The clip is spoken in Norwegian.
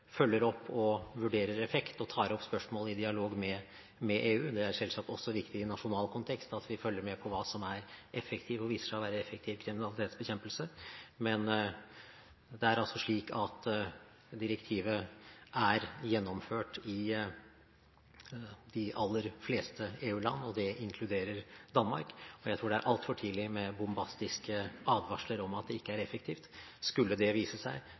følger opp og vurderer effekt og tar opp spørsmål i dialog med EU. Det er selvsagt også viktig i nasjonal kontekst at vi følger med på hva som er effektiv, og viser seg å være effektiv, kriminalitetsbekjempelse. Men det er altså slik at direktivet er gjennomført i de aller fleste EU-land, og det inkluderer Danmark. Jeg tror det er altfor tidlig med bombastiske advarsler om at det ikke er effektivt. Skulle det vise seg,